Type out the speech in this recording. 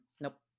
nope